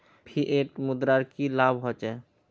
Fiat मुद्रार की लाभ होचे?